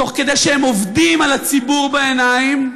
תוך שהם עובדים על הציבור בעיניים,